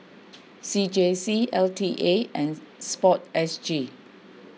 C J C L T A and Sport S G